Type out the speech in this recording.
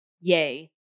yay